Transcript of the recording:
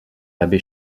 l’abbé